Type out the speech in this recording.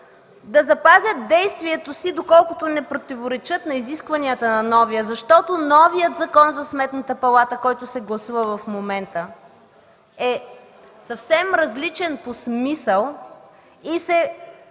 да запазят действието си, доколкото не противоречат на изискванията на новия закон, защото новият Закон за Сметната палата, който се гласува в момента, е съвсем различен по смисъл и